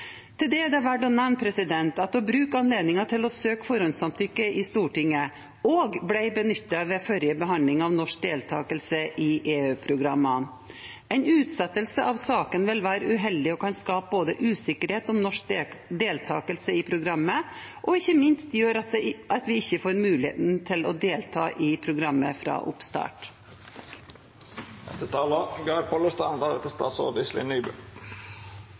Til det er det verdt å nevne at å bruke anledningen til å søke forhåndssamtykke i Stortinget også ble benyttet ved forrige behandling av norsk deltakelse i EU-programmene. En utsettelse av saken vil være uheldig og kan skape både usikkerhet om norsk deltakelse i programmet og, ikke minst, gjøre at vi ikke får mulighet til å delta i programmet fra oppstart.